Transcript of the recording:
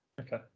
okay